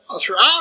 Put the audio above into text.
throughout